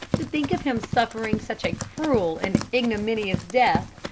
to think of him suffering such a cruel and ignominious death,